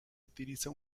utiliza